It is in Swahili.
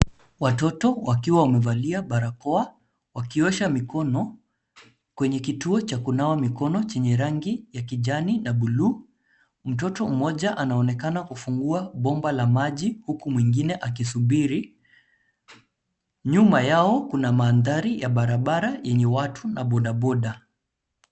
Watoto wakiwa wamevalia barakoa wakiosha mikono kwenye kituo cha kunawa mikono chenye rangi ya kijani na buluu. Mtoto mmoja anaonekana kufungua bomba la maji huku mwingine akisubiri. Nyuma yao kuna mandhari ya barabara yenye watu na bodaboda.